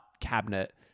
cabinet